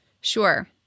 Sure